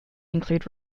include